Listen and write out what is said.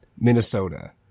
Minnesota